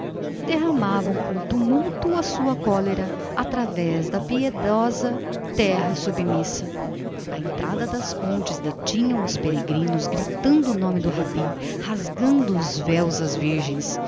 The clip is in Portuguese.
derramavam com tumulto a sua cólera através da piedosa terra submissa à entrada das aldeias pobres detinham os peregrinos gritando o nome do rabi rasgando os véus às virgens